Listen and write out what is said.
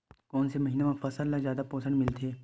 कोन से महीना म फसल ल जादा पोषण मिलथे?